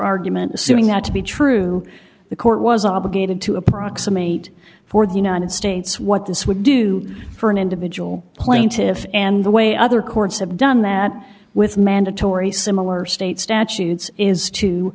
argument assuming that to be true the court was obligated to approximate for the united states what this would do for an individual plaintiffs and the way other courts have done that with mandatory similar state statutes is to